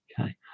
okay